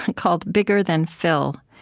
called bigger than phil.